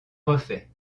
refait